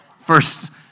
first